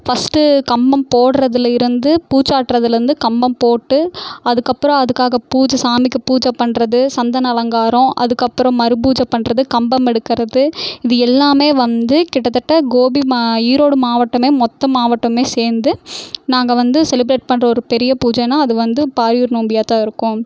first கம்பம் போடுறதில் இருந்து பூச்சாட்டுறதிலருந்து கம்பம் போட்டு அதுக்கப்புறம் அதுக்காக பூஜை சாமிக்கு பூஜை பண்ணுறது சந்தன அலங்காரம் அதுக்கப்புறம் மறுபூஜை பண்ணுறது கம்பம் எடுக்கிறது இது எல்லாமே வந்து கிட்டத்தட்ட கோபி மா ஈரோடு மாவட்டமே மொத்த மாவட்டமே சேர்ந்து நாங்கள் வந்து செலிபிரேட் பண்ணுற ஒரு பெரிய பூஜைனால் அது வந்து பாரியூர் நோம்பியாக தான் இருக்கும்